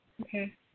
Okay